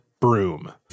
broom